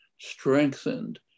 strengthened